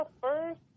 first